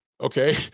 Okay